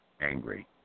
Angry